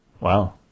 wow